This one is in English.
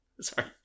Sorry